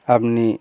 আপনি